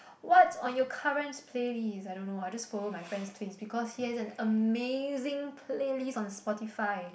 what's on your current playlist I don't know ah I just follow my friend's playlist because he has an amazing playlist on Spotify